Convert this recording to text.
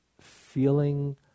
feeling